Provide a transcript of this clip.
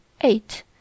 eight